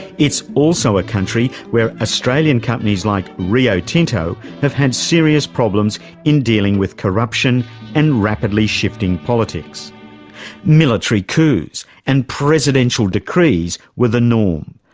it's also a country where australian companies like rio tinto have had serious problems in dealing with corruption and rapidly shifting politics military coups and presidential decrees were the norm.